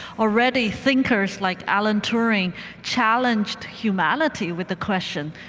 already thinkers like alan turing challenged humanity with the question,